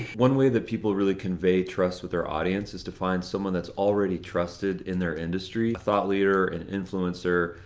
one way that people really convey trust with their audience is to find someone that's already trusted in their industry. a thought leader, an influencer.